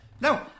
No